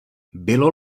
bylo